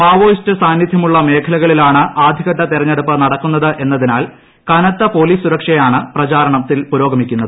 Maoist സാന്നിദ്ധ്യ മുള്ള മേഖലകളിലാണ് ആദ്യഘട്ട തെരെഞ്ഞെടുപ്പ് നടക്കുന്നത് എന്നതിനാൽ കനത്ത പോലീസ് സുരക്ഷയോടെയാണ് പ്രചാ രണം പുരോഗമിക്കുന്നത്